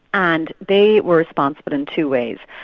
and they were responsible in two ways.